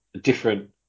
different